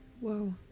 Whoa